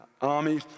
army